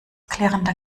klirrender